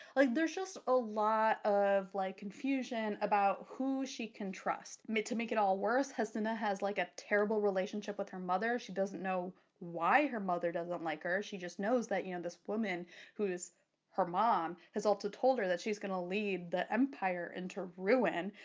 like there's just a lot of like confusion about who she can trust. to make it all worse hesina has like a terrible relationship with her mother. she doesn't know why her mother doesn't like her, she just knows that you know this woman who is her mom has also told her that she's gonna lead the empire into ruin.